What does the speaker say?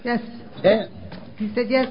yes yes